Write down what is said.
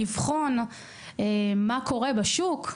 לבחון מה קורה בשוק.